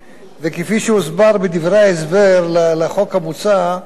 וכפי שהוסבר בדברי ההסבר, לחוק המוצע יש